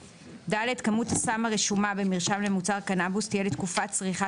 (ד) כמות הסם הרשומה במרשם למוצר קנבוס תהיה לתקופת צריכה